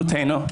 להתערבותנו.